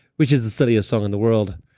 which is the silliest song in the world.